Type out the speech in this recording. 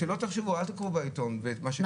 שלא תחשבו אל תקראו בעיתון ואת מה שקורה,